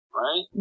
right